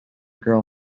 girl